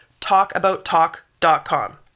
talkabouttalk.com